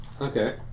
Okay